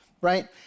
right